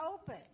open